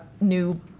new